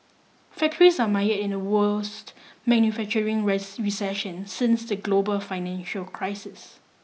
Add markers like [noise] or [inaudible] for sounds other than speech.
factories are mired in the worst manufacturing [unintelligible] recession since the global financial crisis